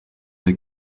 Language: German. der